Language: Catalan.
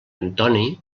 antoni